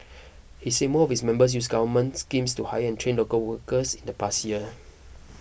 he said more of its members used government schemes to hire and train local workers in the past year